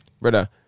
Brother